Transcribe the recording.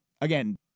again